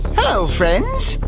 hello, friends.